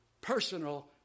personal